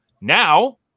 Now